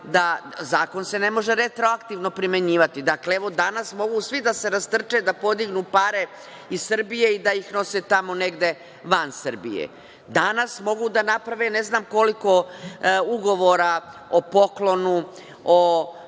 zakon se ne može retroaktivno primenjivati. Dakle, evo, danas mogu svi da se rastrče da podignu pare iz Srbije i da ih nose tamo negde van Srbije. Danas mogu da naprave, ne znam koliko, ugovora o poklonu, o